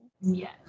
Yes